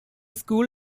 school